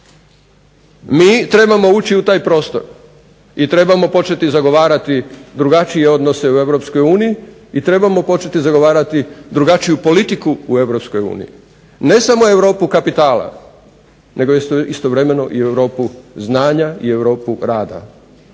Mi trebamo ući u taj prostor i trebamo početi zagovarati drugačije odnose u Europskoj uniji i trebamo početi zagovarati drugačiju politiku u Europskoj uniji, ne samo Europu kapitala nego istovremeno i Europu znanja i Europu rada.